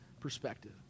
perspective